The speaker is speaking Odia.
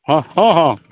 ହଁ ହଁ ହଁ